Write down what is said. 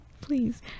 please